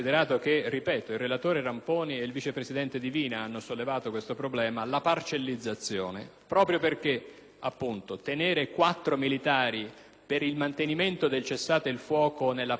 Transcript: impegnare quattro militari per il mantenimento del cessate il fuoco nella parte nord di Cipro (di cui io sono cittadino) non credo apporti alcunché allo *status* del